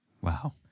Wow